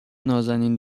نازنین